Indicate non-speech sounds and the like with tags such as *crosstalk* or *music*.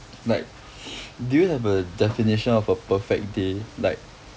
like *breath* do you have a definition of a perfect day like